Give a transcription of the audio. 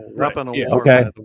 Okay